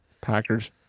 Packers